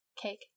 Cake